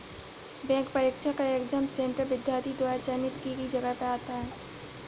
bank परीक्षा का exam centre विद्यार्थी द्वारा चयनित की गई जगह पर आता है